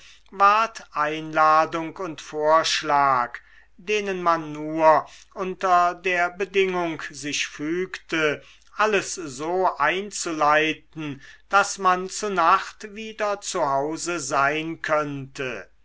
einladung und vorschlag denen man nur unter der bedingung sich fügte alles so einzuleiten daß man zu nacht wieder zu hause sein könnte